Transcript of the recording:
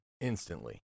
Instantly